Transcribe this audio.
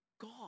God